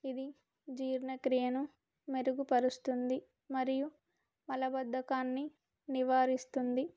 ఇది జీర్ణక్రియను మెరుగుపరుస్తుంది మరియు మలబద్ధకాన్ని నివారిస్తుంది